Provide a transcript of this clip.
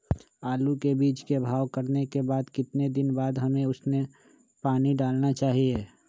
आलू के बीज के भाव करने के बाद कितने दिन बाद हमें उसने पानी डाला चाहिए?